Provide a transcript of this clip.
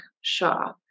Shaw